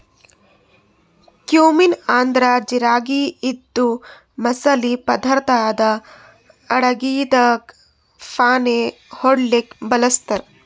cumin ಅಂದ್ರ ಜಿರಗಿ ಇದು ಮಸಾಲಿ ಪದಾರ್ಥ್ ಅದಾ ಅಡಗಿದಾಗ್ ಫಾಣೆ ಹೊಡ್ಲಿಕ್ ಬಳಸ್ತಾರ್